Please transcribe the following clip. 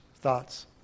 thoughts